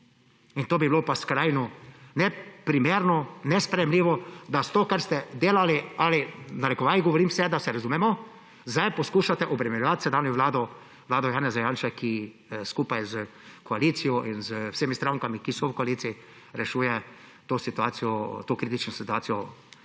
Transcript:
To bi bilo pa skrajno neprimerno, nesprejemljivo, da to, kar ste delali – v narekovajih govorim vse, da se razumemo –, zdaj poskušate obremenjevati sedanjo vlado, vlado Janeza Janše, ki skupaj s koalicijo in z vsemi strankami, ki so v koaliciji, rešuje to situacijo,